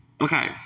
okay